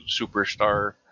superstar